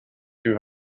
two